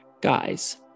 guys